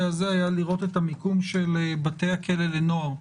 הזה היה לראות את המיקום של בתי הכלא לנוער,